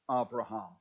Abraham